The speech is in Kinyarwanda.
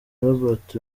robert